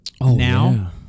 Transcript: now